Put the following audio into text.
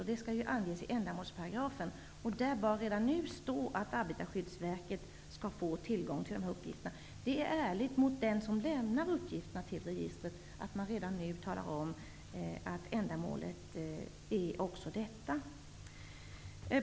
Det skall anges i ändamålsparagrafen. Där bör redan nu stå att Arbetarskyddsverket skall få tillgång till dessa uppgifter. Det är ärligt mot den som lämnar uppgifterna till registret att man redan nu talar om att ändamålet omfattar även detta.